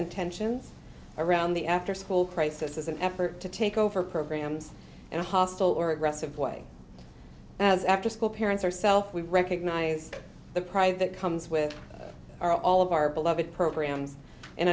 and tension around the after school crisis is an effort to take over programs in a hostile or aggressive way as afterschool parents herself we recognize the private comes with our all of our beloved programs and